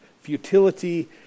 futility